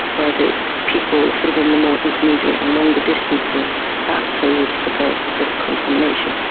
whereas it's people sort of in the more intermediate and longer distances that actually would suffer sort of contamination.